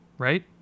right